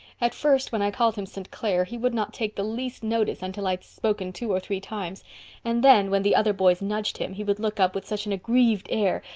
at first, when i called him st. clair' he would not take the least notice until i'd spoken two or three times and then, when the other boys nudged him, he would look up with such an aggrieved air,